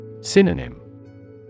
Synonym